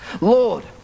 Lord